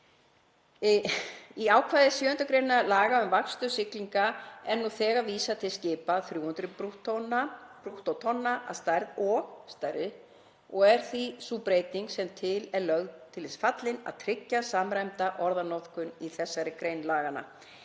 Í ákvæði 7. gr. laga um vaktstöð siglinga er nú þegar vísað til skipa, 300 brúttótonna að stærð og stærri, og er því sú breyting sem til er lögð til þess fallin að tryggja samræmda orðanotkun í þessari grein laganna.